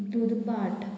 दुर्बाट